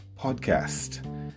podcast